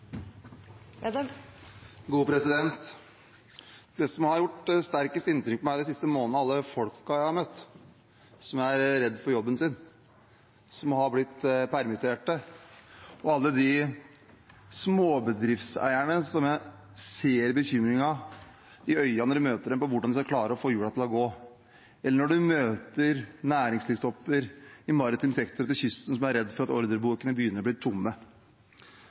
alle folkene jeg har møtt som er redde for jobben sin, som har blitt permittert, og alle de småbedriftseierne som jeg ser bekymringen i øynene på når jeg møter dem, bekymring for hvordan de skal klare å få hjulene til å gå rundt – eller næringslivstopper jeg har møtt i maritim sektor langs kysten, som er redde fordi ordrebøkene begynner å bli tomme.